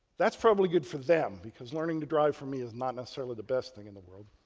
that's probably good for them because learning to drive from me is not necessarily the best thing in the world.